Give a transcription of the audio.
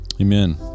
Amen